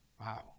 Wow